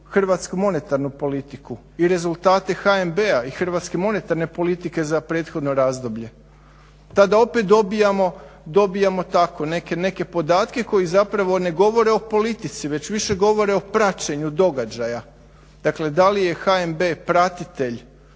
hrvatsku monetarnu politiku i rezultate HNB-a i hrvatske monetarne politike za prethodno razdoblje. Tada opet dobijamo tako neke podatke koji zapravo ne govore o politici već više govore o praćenju događaja, dakle da li je HNB pratitelj